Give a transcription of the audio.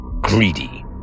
greedy